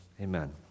amen